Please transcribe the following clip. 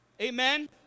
amen